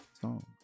song